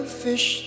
fish